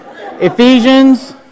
Ephesians